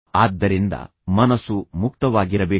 ಆದ್ದರಿಂದ ಮನಸ್ಸು ಮುಕ್ತವಾಗಿರಬೇಕು